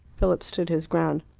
philip stood his ground.